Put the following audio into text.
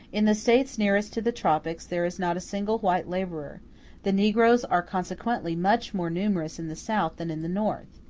in the states nearest to the tropics there is not a single white laborer the negroes are consequently much more numerous in the south than in the north.